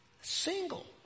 single